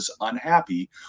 unhappy